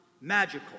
magical